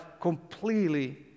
completely